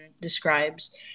describes